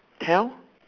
tell